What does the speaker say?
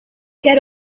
get